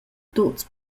tuts